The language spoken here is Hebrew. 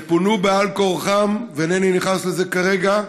שפונו בעל כורחם, ואינני נכנס לזה כרגע,